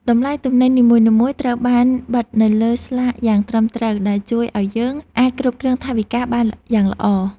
តម្លៃទំនិញនីមួយៗត្រូវបានបិទនៅលើស្លាកយ៉ាងត្រឹមត្រូវដែលជួយឱ្យយើងអាចគ្រប់គ្រងថវិកាបានយ៉ាងល្អ។